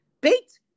Beat